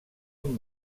amb